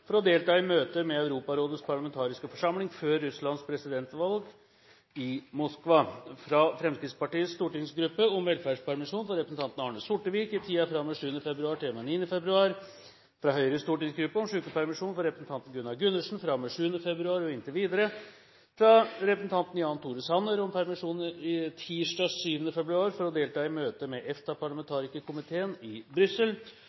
for å delta i møter med Europarådets parlamentariske forsamling før Russlands presidentvalg, i Moskva fra Fremskrittspartiets stortingsgruppe om velferdspermisjon for representanten Arne Sortevik i tiden fra og med 7. februar til og med 9. februar fra Høyres stortingsgruppe om sykepermisjon for representanten Gunnar Gundersen fra og med 7. februar og inntil videre fra representanten Jan Tore Sanner om permisjon tirsdag 7. februar for å delta i møte med EFTA-parlamentarikerkomiteen i Brussel